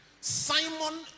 Simon